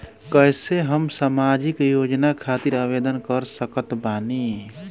कैसे हम सामाजिक योजना खातिर आवेदन कर सकत बानी?